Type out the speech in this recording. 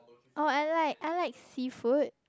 orh I like I like seafood